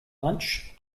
lunch